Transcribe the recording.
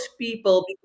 people